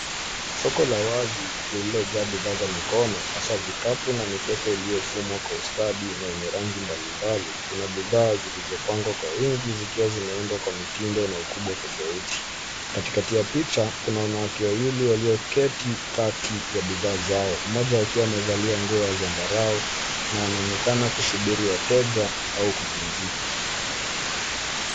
Soko la wazi lililojaa bidhaa za mikono hasaa vikapu na mikeka iliyofumwa kwa ustadi na enye rangi mbali mbali. Ina bidhaa zilizopangwa kwa wingi zikiwa zimeundwa kwa mtindo na ukubwa tofauti. Katikati ya picha kuna wanawake wawili walioketi kati ya bidhaa zao, mmoja akiwa amevalia nguo ya zambarau na anaonekana kusubiri wateja au kupumzika.